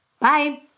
bye